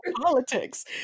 politics